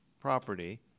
property